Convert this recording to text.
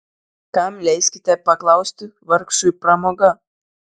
kam leiskite paklausti vargšui pramoga